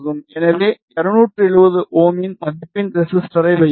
எனவே 270Ω இன் மதிப்பின் ரெசிஸ்டரை வைப்போம்